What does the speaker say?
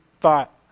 thought